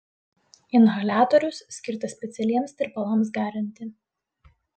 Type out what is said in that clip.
inhaliatorius skirtas specialiems tirpalams garinti